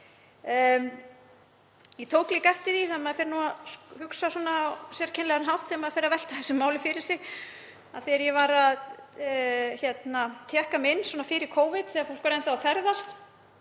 ég tók líka eftir því, og maður fer að hugsa á sérkennilegan hátt þegar maður fer að velta þessu máli fyrir sér, að þegar ég var að tékka mig inn í flug fyrir Covid, þegar fólk var enn þá að ferðast,